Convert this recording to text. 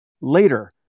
later